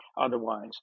Otherwise